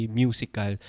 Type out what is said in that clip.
musical